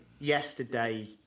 Yesterday